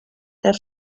der